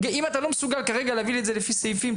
אם אתה לא מסוגל כרגע להביא לי את זה לפי סעיפים,